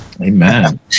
Amen